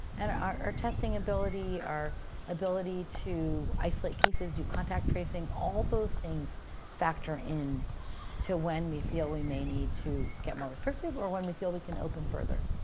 and our our testing ability, our ability to isolate cases, do contact tracing, all those things factor in to when we feel we may need to get more restrictive or when we feel we can open further.